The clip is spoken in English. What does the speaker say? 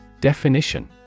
Definition